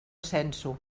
sensu